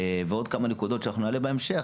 ועוד כמה נקודות שאנחנו נעלה בהמשך,